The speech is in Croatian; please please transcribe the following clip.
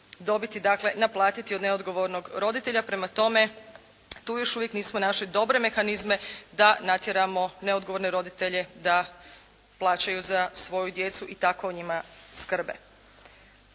dobiti, dakle naplatiti od neodgovornog roditelja. Prema tome, tu još uvijek nismo našli dobre mehanizme da natjeramo neodgovorne roditelje da plaćaju za svoju djecu i tako o njima skrbe.